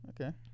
Okay